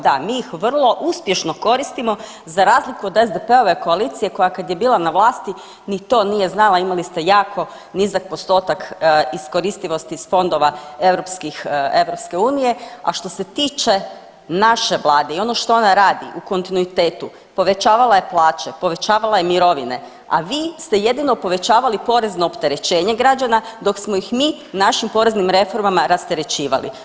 Da, mi ih vrlo uspješno koristimo za razliku od SDP-ove koalicije koja kad je bila na vlasti ni to nije znala, imali ste jako nizak postotak iskoristivosti iz fondove europskih, EU, a što se tiče naše Vlade i ono što ona radi u kontinuitetu, povećavala je plaće, povećavala je mirovine, a vi ste jedino povećavali porezno opterećenje građana, dok smo ih mi našim poreznim reformama rasterećivali.